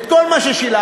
את כל מה ששילמנו,